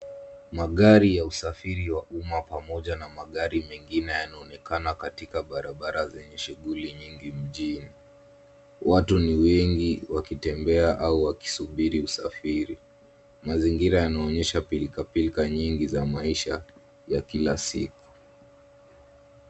Magari ya usafiri wa umma pamoja na magari mengine yanaonekana katika barabara zenye shughuli nyingi mjini. Watu ni wengi wakitembea au wakisubiri usafiri. Mazingira yanaonyesha pilkapilka nyingi za maisha ya kila siku.